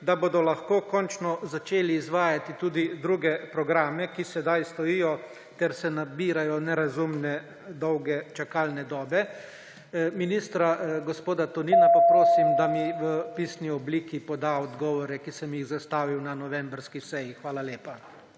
da bodo lahko končno začeli izvajati tudi druge programe, ki sedaj stojijo ter se nabirajo nerazumne dolge čakalne dobe? Ministra gospoda Tonina pa prosim, da mi v pisni obliki poda odgovore, ki sem jih zastavil na novembrski seji. Hvala lepa.